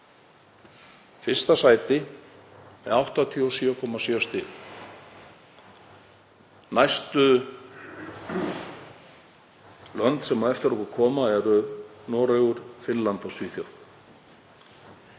fyrsta sæti með 87,7 stig. Næstu lönd sem á eftir okkur koma eru Noregur, Finnland og Svíþjóð.